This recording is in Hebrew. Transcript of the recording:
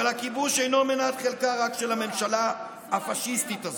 אבל הכיבוש אינו מנת חלקה רק של הממשלה הפשיסטית הזאת,